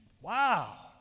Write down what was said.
Wow